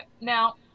now